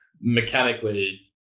mechanically